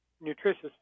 nutritious